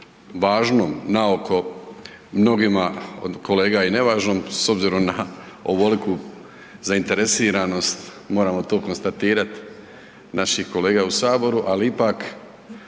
važnom naoko mnogima od kolega i nevažnom s obzirom na ovoliku zainteresiranost moramo to konstatirati naših kolega u saboru, ali ipak